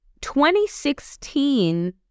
2016